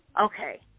okay